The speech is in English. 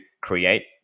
create